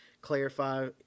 clarify